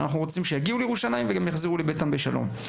אנחנו רוצים שהם יגיעו לירושלים אבל שגם יחזרו בשלום לבתיהם.